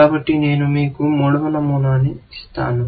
కాబట్టి నేను మీకు మూడవ నియమాన్ని ఇస్తాను